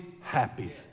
happy